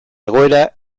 egoera